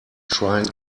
trying